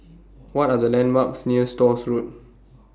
What Are The landmarks near Stores Road